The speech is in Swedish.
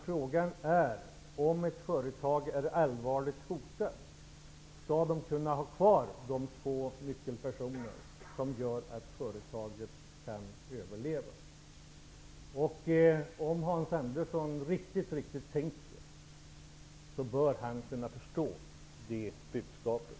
Frågan gäller att ett företag som är allvarligt hotat skall kunna ha kvar de två nyckelpersoner som gör att företaget kan överleva. Om Hans Andersson tänker efter riktigt ordentligt bör han kunna förstå det budskapet.